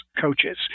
coaches